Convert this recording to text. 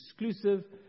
exclusive